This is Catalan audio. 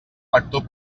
rector